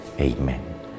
Amen